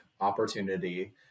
opportunity